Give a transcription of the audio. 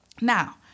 now